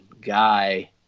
guy